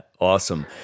awesome